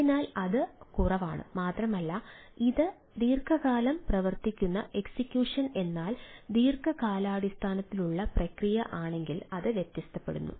അതിനാൽ അത് കുറവാണ് മാത്രമല്ല ഇത് ദീർഘനേരം പ്രവർത്തിക്കുന്ന എക്സിക്യൂഷൻ എന്നാൽ ദീർഘകാലാടിസ്ഥാനത്തിലുള്ള പ്രക്രിയ ആണെങ്കിൽ അത് വ്യത്യാസപ്പെടുന്നു